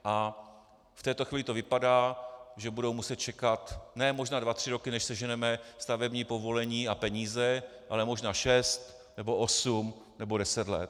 A v této chvíli to vypadá, že budou muset čekat ne dva tři roky, než seženeme stavební povolení a peníze, ale možná šest nebo osm nebo deset let.